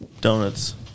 donuts